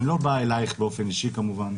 אני לא בא אלייך באופן אישי, כמובן.